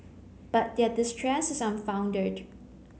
but their distress is unfounded